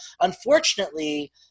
unfortunately